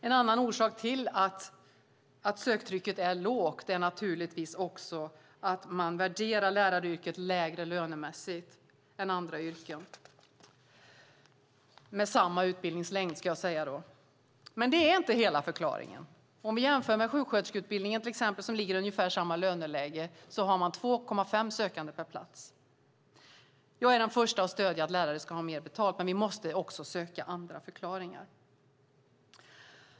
En annan orsak till att söktrycket är lågt är naturligtvis att man värderar läraryrket lägre lönemässigt än andra yrken med samma utbildningslängd. Men det är inte hela förklaringen. Vi kan jämföra med sjuksköterskeutbildningen, där yrket ligger i ungefär samma löneläge. Där har man 2,5 sökande per plats. Jag är den första att stödja att lärare ska ha mer betalt, men vi måste också söka andra förklaringar.